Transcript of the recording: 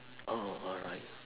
oh alright